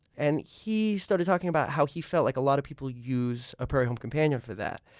and he started talking about how he felt like a lot of people use a prairie home companion for that.